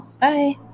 bye